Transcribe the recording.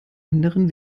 anderen